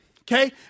Okay